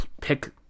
pick